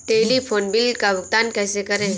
Telephone bill का भुगतान कैसे करें?